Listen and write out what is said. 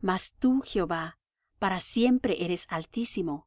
mas tú jehová para siempre eres altísimo